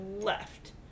left